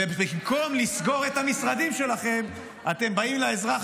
ובמקום לסגור את המשרדים שלכם אתם באים לאזרח